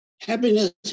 happiness